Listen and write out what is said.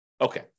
Okay